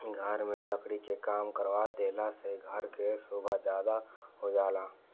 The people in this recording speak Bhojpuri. घर में लकड़ी के काम करवा देहला से घर के सोभा ज्यादे हो जाला